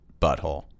butthole